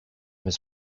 his